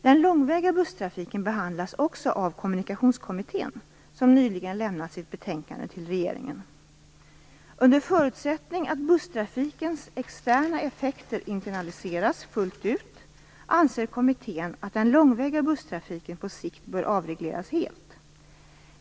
Den långväga busstrafiken behandlas också av Kommunikationskommittén, som nyligen lämnat sitt betänkande till regeringen. Under förutsättning att busstrafikens externa effekter internaliseras fullt ut anser kommittén att den långväga busstrafiken på sikt bör avregleras helt.